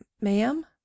Ma'am